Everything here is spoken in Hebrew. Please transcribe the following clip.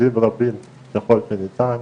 עובדים רבים ככל שניתן,